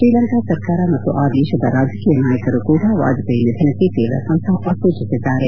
ಶ್ರೀಲಂಕಾ ಸರ್ಕಾರ ಮತ್ತು ಆ ದೇಶದ ರಾಜಕೀಯ ನಾಯಕರು ಕೂಡ ವಾಜಪೇಯಿ ನಿಧನಕ್ಕೆ ತೀವ್ರ ಸಂತಾಪವನ್ನು ಸೂಟಿಸಿದ್ದಾರೆ